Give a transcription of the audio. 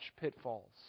pitfalls